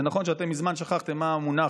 זה נכון שאתם מזמן שכחתם מה המונח,